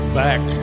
back